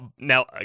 now